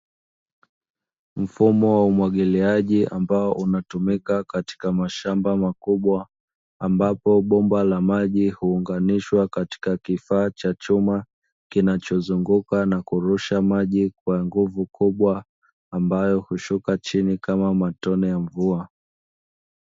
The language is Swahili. Mfumo wa umwagiliaji ambao unatumika katika mashamba makubwa, ambapo bomba la maji huunganishwa katika kifaa cha chuma kinachozunguka na kurusha mji kwa nguvu kubwa ambayo hushuka chini kama matone ya mvua.